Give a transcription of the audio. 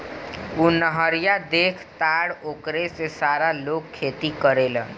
उ नहरिया देखऽ तारऽ ओकरे से सारा लोग खेती करेलेन